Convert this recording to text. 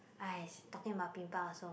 !hais! talking about pimple I also